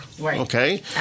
okay